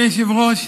אדוני היושב-ראש,